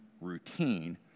routine